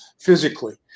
physically